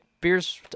beers